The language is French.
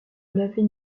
l’avez